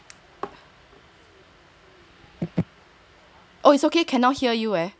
oh it's okay cannot hear you eh cannot hear the cannot hear cannot hear the music through the phone